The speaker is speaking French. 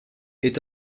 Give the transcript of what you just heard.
est